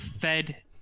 fed